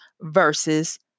versus